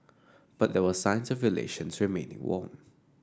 but there were signs of relations remaining warm